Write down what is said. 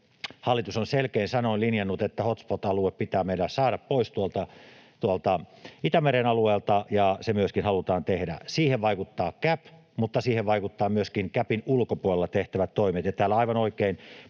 hallitus on selkein sanoin linjannut, että hotspot-alue pitää meidän saada pois tuolta Itämeren alueelta, ja se myöskin halutaan tehdä. Siihen vaikuttaa CAP, mutta siihen vaikuttaa myöskin CAPin ulkopuolella tehtävät toimet.